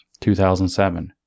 2007